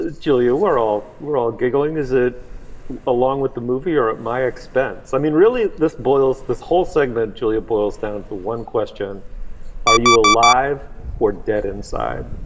ah julia, we're all we're all giggling as it along with the movie, are at my expense. i mean, really, this boils this whole segment. julia boils down to one question are you alive or dead inside?